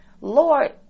Lord